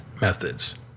methods